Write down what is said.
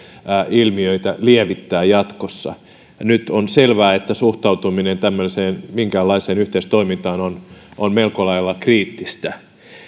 ilmiöitä lievittää jatkossa nyt on selvää että suhtautuminen tämmöiseen minkäänlaiseen yhteistoimintaan on on melko lailla kriittistä